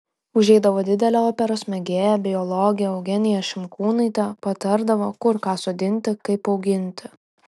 užeidavo didelė operos mėgėja biologė eugenija šimkūnaitė patardavo kur ką sodinti kaip auginti